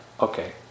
okay